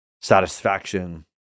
satisfaction